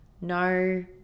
no